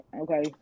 okay